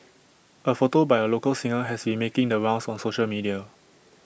A photo by A local singer has been making the rounds on social media